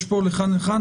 יש תשובות לכאן ולכאן.